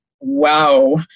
wow